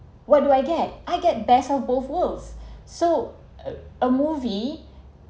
what do I get I get best of both worlds so a a movie